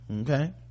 okay